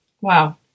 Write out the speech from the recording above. Wow